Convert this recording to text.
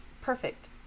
perfect